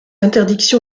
interdiction